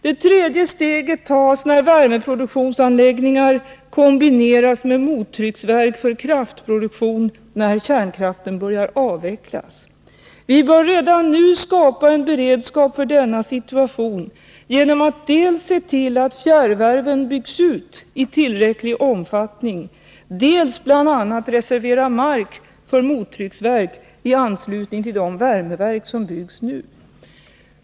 Det tredje steget tas när värmeproduktionsanläggningar kombineras med mottrycksverk för kraftproduktion då kärnkraften börjar avvecklas. Vi bör redan nu skapa en beredskap för denna situation genom att dels se till att fjärrvärmen byggs ut i tillräcklig omfattning, dels bl.a. reservera mark för mottrycksverk i anslutning till de värmeverk som byggs om.